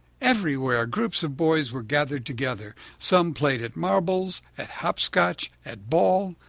everywhere groups of boys were gathered together. some played at marbles, at hopscotch, at ball.